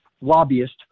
lobbyist